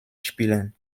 spielen